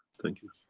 thank you.